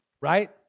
right